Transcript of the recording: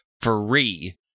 free